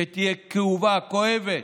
שתהיה כאובה, כואבת,